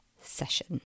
session